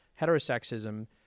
heterosexism